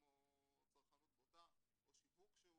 כמו צרכנות בוטה או שיווק שהוא